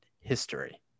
history